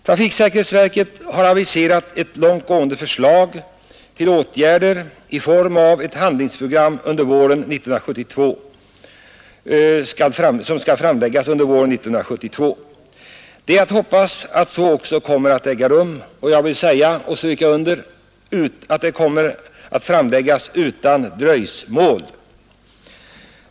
Trafiksäkerhetsverket har aviserat ett långt gående förslag till åtgärder i form av ett handlingsprogram, som skall framläggas under våren 1972. Det är att hoppas att så också blir fallet. Jag förutsätter också att detta program kommer att framläggas utan dröjsmål.